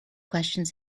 questions